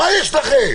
מה יש לכם?